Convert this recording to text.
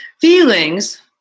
feelings